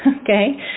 Okay